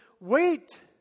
wait